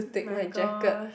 my gosh